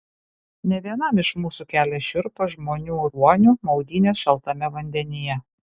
ne vienam iš mūsų kelia šiurpą žmonių ruonių maudynės šaltame vandenyje